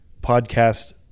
podcast